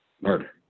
murder